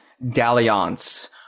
dalliance